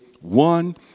one